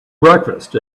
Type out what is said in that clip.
breakfast